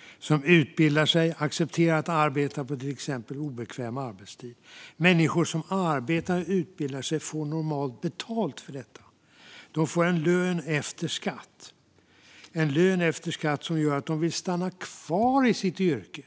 - utbildar sig och accepterar att arbeta på till exempel obekväm arbetstid. Människor som arbetar och utbildar sig får normalt betalt för detta. De får en lön efter skatt som gör att de vill stanna kvar i sitt yrke.